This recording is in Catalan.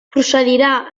procedirà